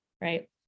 right